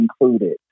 included